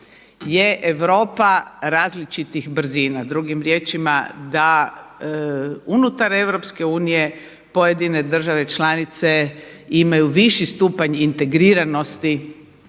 je Europa različitih brzina. Drugim riječima da unutar EU pojedine države članice imaju viši stupanj integriranosti